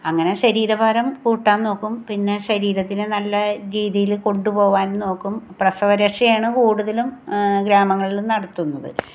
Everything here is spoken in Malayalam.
അങ്ങനെ ശരീര ഭാരം കൂട്ടാൻ നോക്കും പിന്നെ ശരീരത്തിന് നല്ല രീതിയിൽ കൊണ്ട് പോകാൻ നോക്കും പ്രെസവരെക്ഷയാണ് കൂട്തലും ഗ്രാമങ്ങളില് നടത്തുന്നത്